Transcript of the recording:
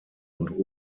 und